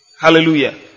Hallelujah